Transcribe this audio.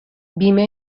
بیمه